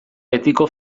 betiko